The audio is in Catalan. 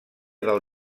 del